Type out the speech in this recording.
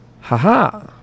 Haha